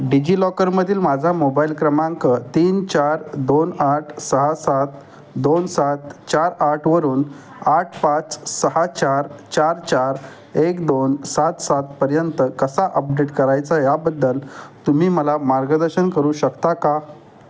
डिजिलॉकरमधील माझा मोबाईल क्रमांक तीन चार दोन आठ सहा सात दोन सात चार आठवरून आठ पाच सहा चार चार चार एक दोन सात सातपर्यंत कसा अपडेट करायचा याबद्दल तुम्ही मला मार्गदर्शन करू शकता का